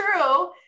true